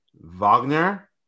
Wagner